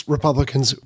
Republicans